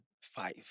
five